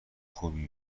خوبی